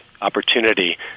opportunity